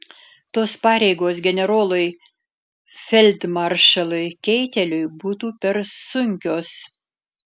tos pareigos generolui feldmaršalui keiteliui būtų per sunkios